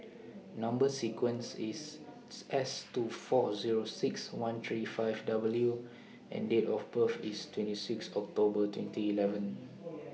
Number sequence IS S two four Zero six one three five W and Date of birth IS twenty six October twenty eleven